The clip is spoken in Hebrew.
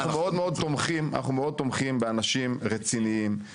אנחנו מאוד מאוד תומכים באנשים רציניים, ישרים,